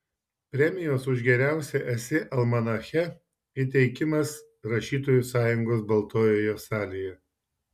premijos už geriausią esė almanache įteikimas rašytojų sąjungos baltojoje salėje